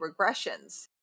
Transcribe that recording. regressions